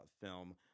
film